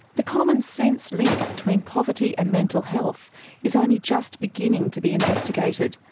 the commonsense link between poverty and mental health is only just beginning to be investigated.